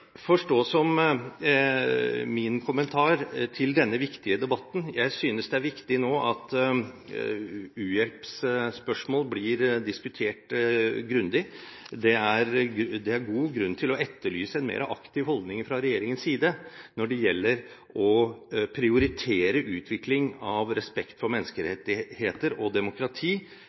er viktig at u-hjelpsspørsmål nå blir diskutert grundig. Det er god grunn til å etterlyse en mer aktiv holdning fra regjeringens side når det gjelder å prioritere utvikling av respekt for menneskerettigheter og demokrati,